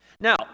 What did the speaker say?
Now